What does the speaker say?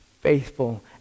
faithful